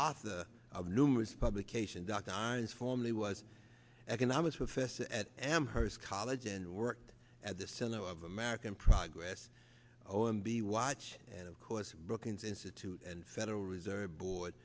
author of numerous publication dr nine formally was economics professor at m hurst college and worked at the center of american progress oh and b watch and of course brookings institute and federal reserve board